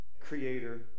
creator